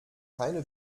keine